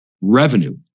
revenue